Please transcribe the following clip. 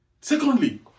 Secondly